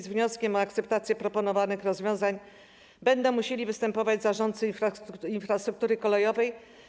Z wnioskiem o akceptację proponowanych rozwiązań będą musieli występować zarządcy infrastruktury kolejowej.